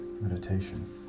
meditation